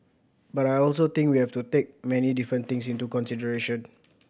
but I also think we have to take many different things into consideration